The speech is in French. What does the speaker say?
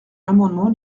l’amendement